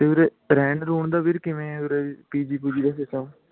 ਅਤੇ ਉਰੇ ਰਹਿਣ ਰੂਣ ਦਾ ਵੀਰ ਕਿਵੇਂ ਹੈ ਉਰੇ ਪੀਜੀ ਪੁਜੀ ਦਾ ਸਿਸਟਮ